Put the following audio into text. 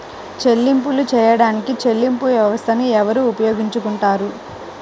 చెల్లింపులు చేయడానికి చెల్లింపు వ్యవస్థలను ఎవరు ఉపయోగించుకొంటారు?